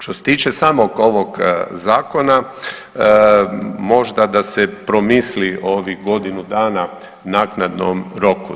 Što se tiče samog ovog zakona, možda da se promisli ovih godinu dana naknadnom roku.